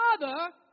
father